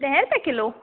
ॾह रुपिए किलो